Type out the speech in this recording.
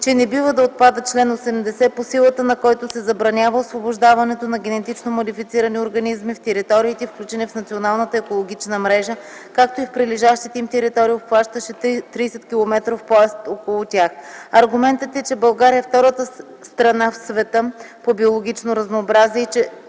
че не бива да отпада чл. 80, по силата на който се забранява освобождаването на генетично модифицирани организми в териториите, включени в Националната екологична мрежа, както и в прилежащите им територии, обхващащи 30-километров пояс около тях. Аргументът е, че България е втората страна в света по биологично разнообразие